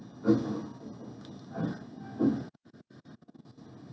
(uh huh)